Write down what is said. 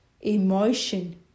emotion